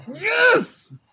Yes